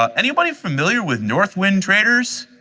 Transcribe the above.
um anybody familiar with northwind traders?